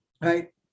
right